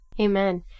Amen